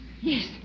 Yes